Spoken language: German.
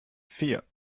vier